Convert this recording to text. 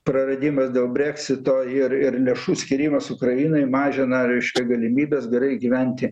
praradimas dėl breksito ir ir lėšų skyrimas ukrainai mažina reiškia galimybes gerai gyventi